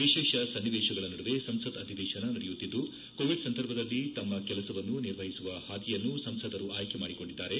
ವಿಶೇಷ ಸನ್ನಿವೇಶಗಳ ನಡುವೆ ಸಂಸತ್ ಅಧಿವೇಶನ ನಡೆಯುತ್ತಿದ್ದು ಕೋವಿಡ್ ಸಂದರ್ಭದಲ್ಲಿ ತಮ್ಮ ಕೆಲಸವನ್ನು ನಿರ್ವಹಿಸುವ ಹಾದಿಯನ್ನು ಸಂಸದರು ಆಯ್ಲೆ ಮಾಡಿಕೊಂಡಿದ್ದಾರೆ